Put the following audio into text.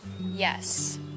Yes